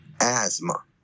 asthma